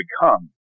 become